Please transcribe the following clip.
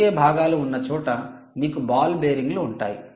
తిరిగే భాగాలు ఉన్నచోట మీకు బాల్ బేరింగ్లు ఉంటాయి